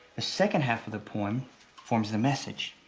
the second half of the poem forms the message.